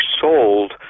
sold